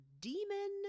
demon